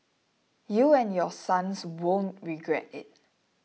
you and your sons won't regret it